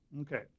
Okay